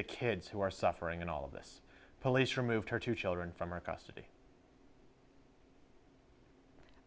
the kids who are suffering and all of this police removed her two children from our custody